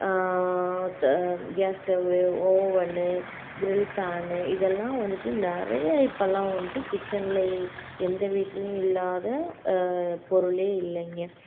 த gas stove oven grill pan இதெல்லாம் வந்துட்டு நிறைய இப்போல்லாம் வந்துட்டு கிச்சன்ல எந்த வீட்டிலியும் இல்லாத பொருளே இல்லைங்க